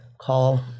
call